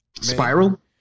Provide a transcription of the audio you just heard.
spiral